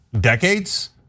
decades